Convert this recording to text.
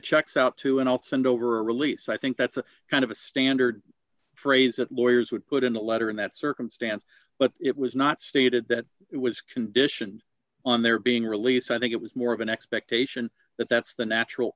checks out to and i'll send over a release i think that's the kind of a standard phrase that lawyers would put in the letter in that circumstance but it was not stated that it was conditioned on their being released i think it was more of an expectation that that's the natural